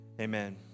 Amen